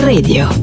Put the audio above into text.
Radio